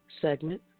segment